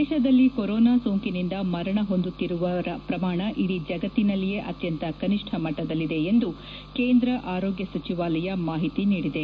ದೇಶದಲ್ಲಿ ಕೊರೊನಾ ಸೋಂಕಿನಿಂದ ಮರಣ ಹೊಂದುತ್ತಿರುವ ಪ್ರಮಾಣ ಇದೀ ಜಗತ್ತಿನಲ್ಲಿಯೇ ಅತ್ಯಂತ ಕನಿಷ್ಣ ಮಟ್ಸದಲ್ಲಿದೆ ಎಂದು ಕೇಂದ್ರ ಆರೋಗ್ಯ ಸಚಿವಾಲಯ ಮಾಹಿತಿ ನೀಡಿದೆ